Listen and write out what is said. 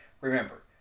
Remember